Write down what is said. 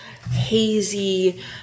Hazy